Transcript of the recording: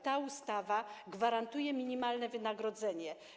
Ta ustawa gwarantuje minimalne wynagrodzenie.